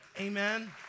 Amen